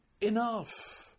enough